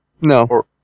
No